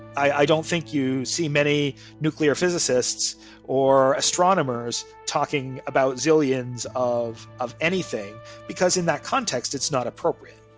i don't think you see many nuclear physicists or astronomers talking about zillions of of anything because in that context it's not appropriate.